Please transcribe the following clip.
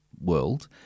world